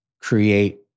create